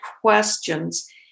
questions